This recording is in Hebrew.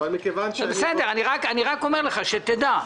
אני רק אומר לך שתדע.